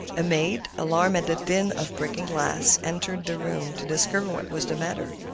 a maid, alarmed at the din of breaking glass, entered the room to discover what was the matter.